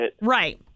Right